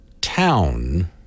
town